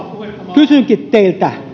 kysynkin teiltä